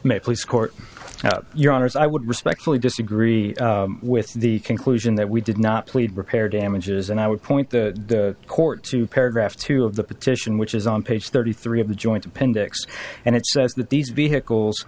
may police court your honors i would respectfully disagree with the conclusion that we did not plead repair damages and i would point the court to paragraph two of the petition which is on page thirty three of the joint appendix and it says that these vehicles